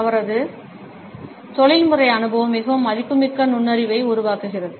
அவரது தொழில்முறை அனுபவம் மிகவும் மதிப்புமிக்க நுண்ணறிவை உருவாக்குகிறது